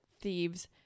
thieves